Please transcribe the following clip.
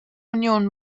union